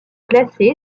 placé